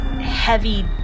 heavy